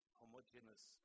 homogeneous